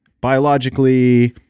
Biologically